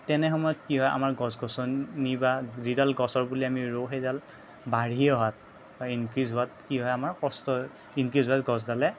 তেনে সময়ত কি হয় আমাৰ গছ গছনি বা যিডাল গছৰ পুলি আমি ৰোওঁ সেইডাল বাঢ়ি অহাত বা ইনক্ৰিজ হোৱাত কি হয় আমাৰ কষ্ট ইনক্ৰিজ হোৱাত গছডালে